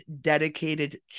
dedicated